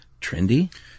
trendy